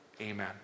Amen